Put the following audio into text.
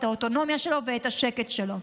את האוטונומיה שלו ואת השקט שלו".